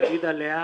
פדידה לאה,